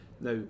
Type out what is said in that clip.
Now